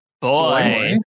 boy